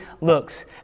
looks